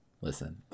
Listen